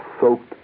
soaked